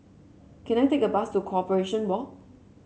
can I take a bus to Corporation Walk